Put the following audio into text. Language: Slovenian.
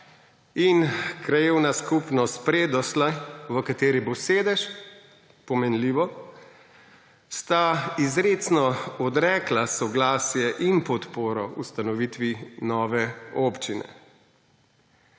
in Krajevna skupnost Predoslje, v kateri bo sedež, pomenljivo, sta izrecno odrekli soglasje in podporo ustanovitvi nove občine.